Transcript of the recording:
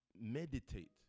meditate